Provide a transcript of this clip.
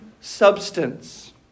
substance